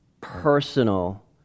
personal